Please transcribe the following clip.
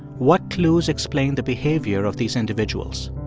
what clues explain the behavior of these individuals?